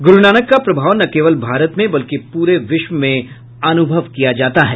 गुरू नानक का प्रभाव न केवल भारत में बल्कि पूरे विश्व में अनुभव किया जाता है